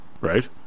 Right